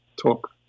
talk